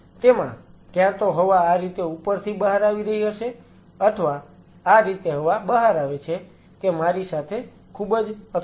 તેમાં ક્યાં તો હવા આ રીતે ઉપરથી બહાર આવી રહી હશે અથવા આ રીતે હવા બહાર આવે છે કે મારી સાથે ખૂબ જ અથડાશે